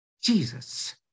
Jesus